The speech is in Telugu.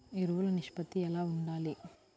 ఎరువులు నిష్పత్తి ఎలా ఉండాలి?